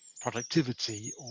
productivity